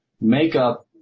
makeup